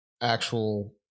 actual